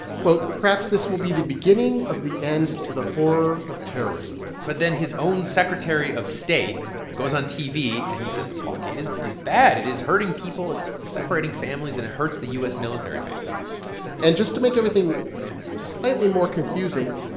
quote, perhaps this will be the beginning of the end to the horror of terrorism. but then his own secretary of state goes on tv, and he says the blockade is is bad. it is hurting people. it's it's separating families, and it hurts the u s. military base and just to make everything slightly more confusing,